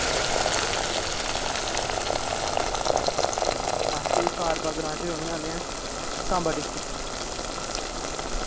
अस बी सारवा ग्रांऽ च रौह्ने आह्ले आं सांबा डिस्ट्रिक्ट